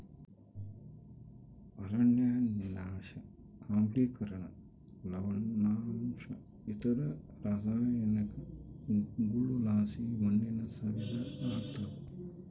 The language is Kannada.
ಅರಣ್ಯನಾಶ ಆಮ್ಲಿಕರಣ ಲವಣಾಂಶ ಇತರ ರಾಸಾಯನಿಕಗುಳುಲಾಸಿ ಮಣ್ಣಿನ ಸವೆತ ಆಗ್ತಾದ